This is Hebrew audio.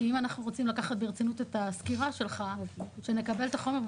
כי אם אנחנו רוצים לקחת ברצינות את הסקירה שלך אז שנקבל את החומר,